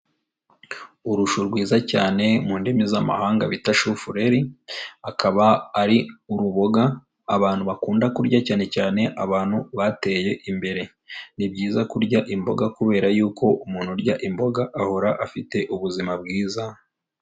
Urushu rwiza cyane mu ndimi z'amahanga bita shufureri, akaba ari uruboga abantu bakunda kurya cyane cyane abantu bateye imbere. Ni byiza kurya imboga kubera yuko umuntu urya imboga, ahora afite ubuzima bwiza...